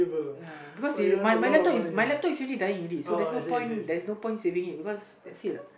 ya because my laptop is already my laptop is already dying already so there is no point there is not point saving it because that's it lah